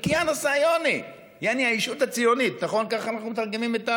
(אומר בערבית ומתרגם: ה)